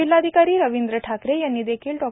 जिल्हाधिकारी रविंद्र ठाकरे यांनी देखील डॉ